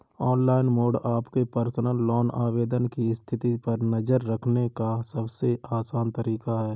online mode आपके personal loan आवेदन की स्थिति पर नज़र रखने का सबसे आसान तरीका है